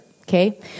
okay